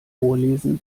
vorlesen